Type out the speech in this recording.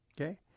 Okay